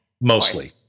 mostly